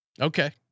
Okay